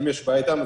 ואם יש בעיה איתם,